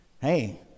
Hey